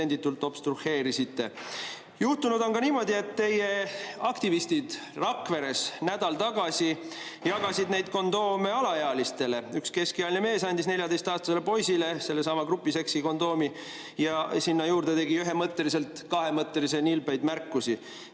pretsedenditult obstrueerisite. Juhtunud on ka niimoodi, et teie aktivistid Rakveres nädal tagasi jagasid neid kondoome alaealistele. Üks keskealine mees andis 14‑aastasele poisile sellesama grupiseksi kondoomi ja sinna juurde tegi ühemõtteliselt kahemõttelisi nilbeid märkusi. Minul